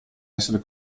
essere